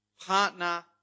partner